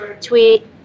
tweet